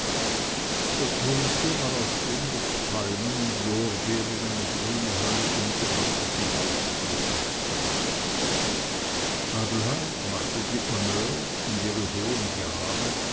der tote war auf dem durch palmen und lorbeer in eine grüne halle umgewandelten hausflur aufgebahrt adelheid machte die honneurs und ihre hohen jahre